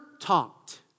talked